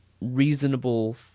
reasonable